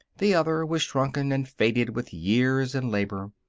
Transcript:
the other was shrunken and faded with years and labor.